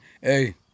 Hey